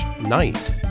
night